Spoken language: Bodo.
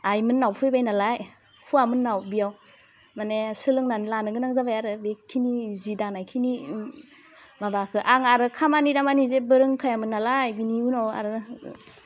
आइ मोननाव फैबाय नालाय हवा मोन्नाव बेयाव मानि सोलोंनानै लानो गोनां जाबाय आरो बेखिनि जि दानाय खिनि माबाखौ आं आरो खामानि दामानि जेबो रोंखायामोन नालाय बिनि उनाव आरो